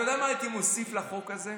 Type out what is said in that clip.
אתה יודע מה הייתי מוסיף לחוק הזה?